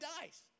dies